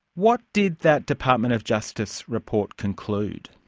what did that department of justice report conclude?